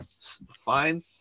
Fine